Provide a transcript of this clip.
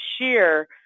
sheer